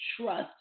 trust